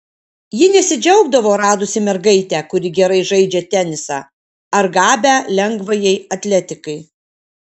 ji nesidžiaugdavo radusi mergaitę kuri gerai žaidžia tenisą ar gabią lengvajai atletikai